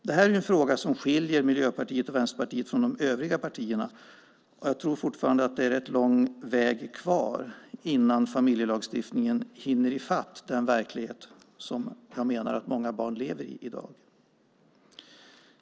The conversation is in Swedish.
Det här är en fråga som skiljer Miljöpartiet och Vänsterpartiet från de övriga partierna. Jag tror fortfarande att det är rätt lång väg kvar innan familjelagstiftningen hinner i fatt den verklighet som jag menar att många barn i dag lever i.